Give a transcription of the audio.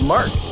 Mark